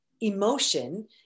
emotion